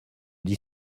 dis